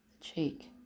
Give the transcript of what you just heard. cheek